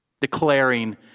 declaring